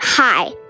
Hi